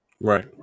right